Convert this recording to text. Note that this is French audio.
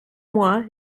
moi